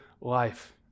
life